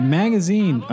magazine